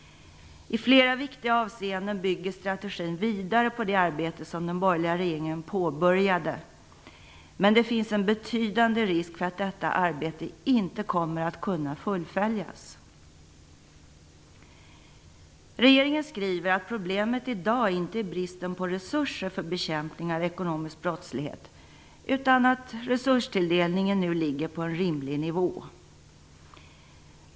I flera viktiga avseenden bygger strategin vidare på det arbete som den borgerliga regeringen påbörjade, men det finns en betydande risk för att detta arbete inte kommer att kunna fullföljas. Regeringen skriver att problemet i dag inte är bristen på resurser för bekämpning av ekonomisk brottslighet. Resurstilldelningen ligger nu på en rimlig nivå.